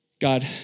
God